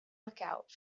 lookout